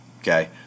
Okay